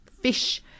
fish